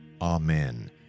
Amen